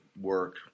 work